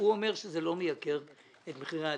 הוא אומר שזה לא מייקר את מחירי הדירות,